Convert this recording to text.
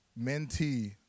mentee